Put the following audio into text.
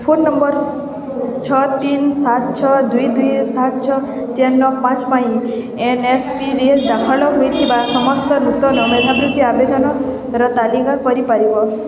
phone number ଛଅ ତିନି ସାତ ଛଅ ଦୁଇ ଦୁଇ ସାତ ଛଅ ଚାରି ନଅ ପାଞ୍ଚ ପାଇଁ ଏନ୍ଏସ୍ପିରେ ଦାଖଲ ହୋଇଥିବା ସମସ୍ତ ନୂତନ ମେଧାବୃତ୍ତି ଆବେଦନର ତାଲିକା କରିପାରିବ